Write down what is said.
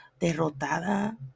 derrotada